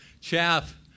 Chaff